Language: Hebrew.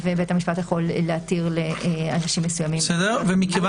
בית המשפט יכול להתיר לאנשים מסוימים --- המונח